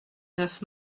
neuf